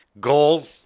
Goals